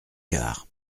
quart